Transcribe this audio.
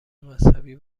مذهبی